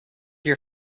your